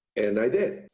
and i did.